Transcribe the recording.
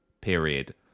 period